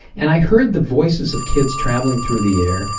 and i heard the voices of kids traveling through the air,